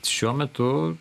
šiuo metu